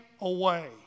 away